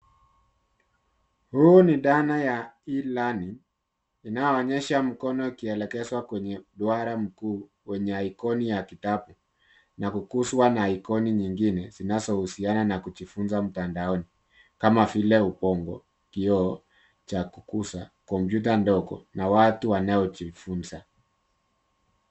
Huu ni dhana ya E Learning inaonyesha mkono ikielekezwa kwenye duara mkuu kwenye iconi ya kitabu na kukuzwa na iconi nyingine zinazohusiana na kujifunza mtandaoni kama vile ubongo ,kioo cha kukuza , kompyuta ndogo na watu wanaojifunza.